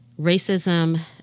racism